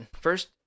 first